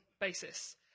basis